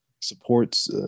supports